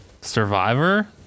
Survivor